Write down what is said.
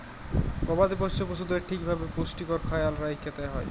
গবাদি পশ্য পশুদের ঠিক ভাবে পুষ্টির খ্যায়াল রাইখতে হ্যয়